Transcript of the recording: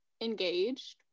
engaged